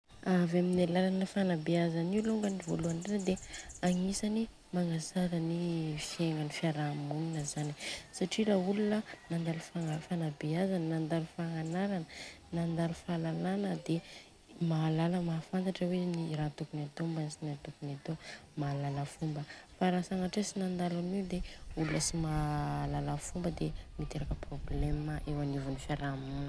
Avy amin'ny alalan'ny fanabeazana io lôngany voaloany indrindra de agnisany magnatsara ny fiegnana fiarahamonina zany, satria ra olona nandalo fagnabehazana, nandalo fagnanara, nandalo fahalalana de mahalala, mahafantatra hoe ino ra tokony atô ambany tsy tokony atô, mahalala fomba fa ra sagnatria tsy nandalo anio de olona tsy mahalala fomba de miteraka problème an eo anivony fiarahamonina.